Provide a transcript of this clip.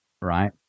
Right